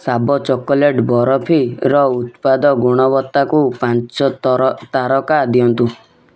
ଶାବ chocolate ବରଫିର ଉତ୍ପାଦ ଗୁଣବତ୍ତାକୁ ପାଞ୍ଚ ତାରକା ଦିଅନ୍ତୁ